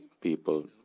people